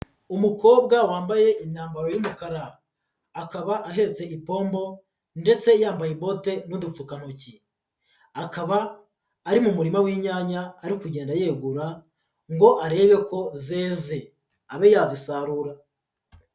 Umukobwa wambaye imyambaro y'umukara, akaba ahetse ipombo ndetse yambaye bote n'udupfukantoki, akaba ari mu murima w'inyanya ari kugenda yegura ngo arebe ko zeze abe yazisarura.